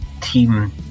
team